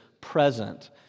present